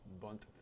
bunt